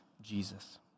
Jesus